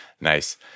Nice